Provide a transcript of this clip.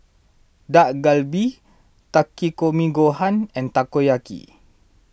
Dak Galbi Takikomi Gohan and Takoyaki